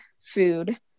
food